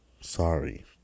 sorry